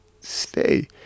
stay